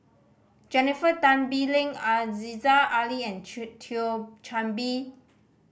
Jennifer Tan Bee Leng Aziza Ali and Thio Chan Bee